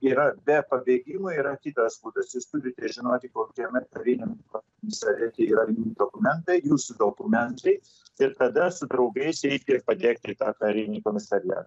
yra be pabėgimo yra kitas būdas jūs turite žinoti kokiame kariniam kumisariate yra dokumentai jūsų dokumentai ir kada su draugais reikia padegti tą karinį komisariatą